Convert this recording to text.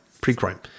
pre-crime